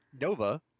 Nova